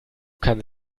kann